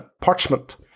parchment